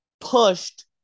pushed